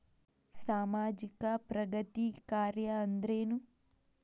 ಸಾಮಾಜಿಕ ಪ್ರಗತಿ ಕಾರ್ಯಾ ಅಂದ್ರೇನು?